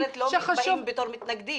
מאות תוכניות